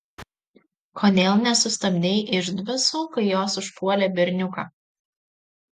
kodėl nesustabdei išdvasų kai jos užpuolė berniuką